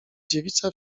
dziewica